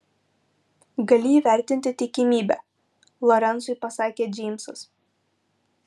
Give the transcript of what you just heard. gali įvertinti tikimybę lorencui pasakė džeimsas